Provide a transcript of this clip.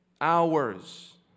Hours